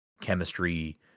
chemistry